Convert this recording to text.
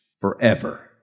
forever